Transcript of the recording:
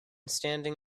standing